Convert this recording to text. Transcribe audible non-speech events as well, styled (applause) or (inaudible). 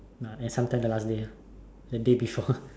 uh and sometimes the last day the day before (laughs)